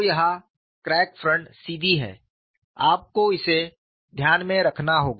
तो यहाँ crack front सीधी है आपको इसे ध्यान में रखना होगा